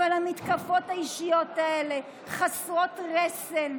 אבל המתקפות האישיות האלה חסרות רסן,